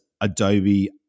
Adobe